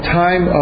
time